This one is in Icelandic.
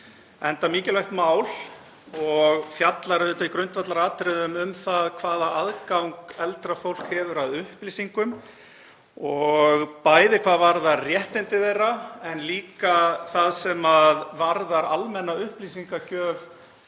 enda mikilvægt mál og fjallar í grundvallaratriðum um það hvaða aðgang eldra fólk hefur að upplýsingum, bæði hvað varðar réttindi þess en líka það sem varðar almenna upplýsingagjöf